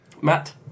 Matt